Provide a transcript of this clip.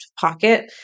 pocket